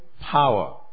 power